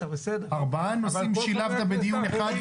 4 נושאים שילבת בדיון אחד.